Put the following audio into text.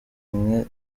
mwe